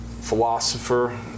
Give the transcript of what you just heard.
philosopher